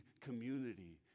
community